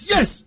Yes